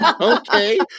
Okay